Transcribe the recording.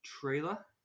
trailer